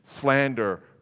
slander